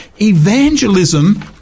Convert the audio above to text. evangelism